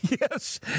Yes